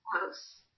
house